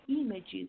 images